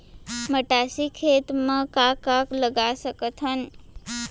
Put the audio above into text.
मटासी खेत म का का लगा सकथन?